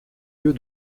lieu